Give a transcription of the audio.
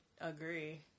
agree